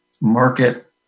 market